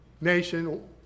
nation